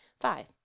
Five